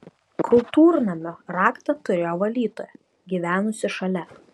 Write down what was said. kultūrnamio raktą turėjo valytoja gyvenusi šalia